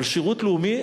אבל שירות לאומי?